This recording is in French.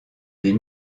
des